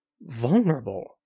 vulnerable